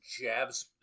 jabs